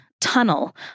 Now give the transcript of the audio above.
tunnel